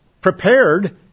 prepared